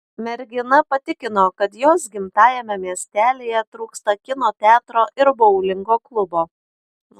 mergina patikino kad jos gimtajame miestelyje trūksta kino teatro ir boulingo klubo